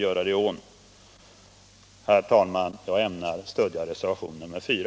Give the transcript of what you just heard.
Herr talman! Jag ämnar stödja reservationen 4.